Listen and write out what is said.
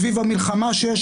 סביב המהפכה כמעט שיש